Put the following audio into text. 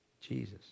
Jesus